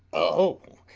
o!